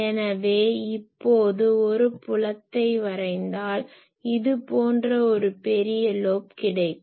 எனவே இப்போது ஒரு புலத்தை வரைந்தால் இது போன்ற ஒரு பெரிய லோப் கிடைக்கும்